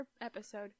episode